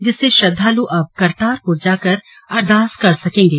जिससे श्रद्वाल अब करतारपूर जाकर अरदास कर सकेंगे